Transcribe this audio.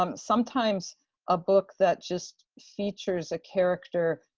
um sometimes a book that just features a character,